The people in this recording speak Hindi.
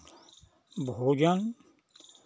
भोजन